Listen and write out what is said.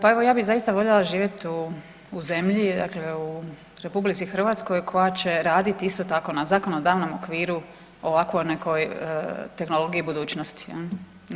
Pa evo ja bih zaista voljela živjet u zemlji, dakle u RH koja će raditi isto tako na zakonodavnom okviru o ovakvoj nekoj tehnologiji budućnosti, jel.